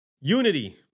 Unity